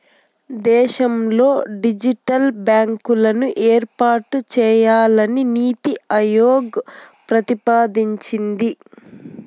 దేశంలో డిజిటల్ బ్యాంకులను ఏర్పాటు చేయాలని నీతి ఆయోగ్ ప్రతిపాదించింది